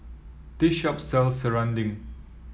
this shop sells serunding